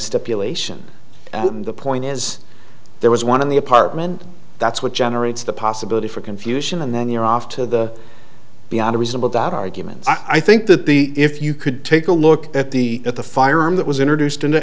stipulation the point is there was one in the apartment that's what generates the possibility for confusion and then you're off to the beyond a reasonable doubt argument i think that the if you could take a look at the at the firearm that was introduced into